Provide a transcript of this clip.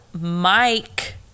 Mike